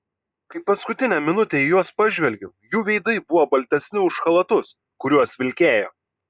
kai paskutinę minutę į juos pažvelgiau jų veidai buvo baltesni už chalatus kuriuos vilkėjo